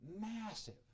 Massive